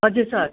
हजुर सर